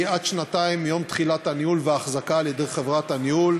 יהיה עד שנתיים מיום תחילת הניהול והאחזקה על-ידי חברת הניהול,